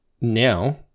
now